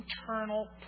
internal